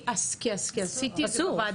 אסור.